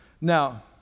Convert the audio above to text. Now